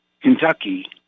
Kentucky